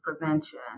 prevention